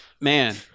man